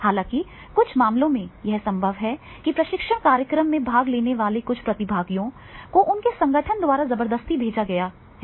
हालांकि कुछ मामलों में यह संभव है कि प्रशिक्षण कार्यक्रम में भाग लेने वाले कुछ प्रतिभागियों को उनके संगठन द्वारा जबरदस्ती भेजा जाता है